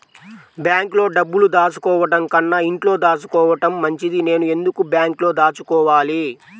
బ్యాంక్లో డబ్బులు దాచుకోవటంకన్నా ఇంట్లో దాచుకోవటం మంచిది నేను ఎందుకు బ్యాంక్లో దాచుకోవాలి?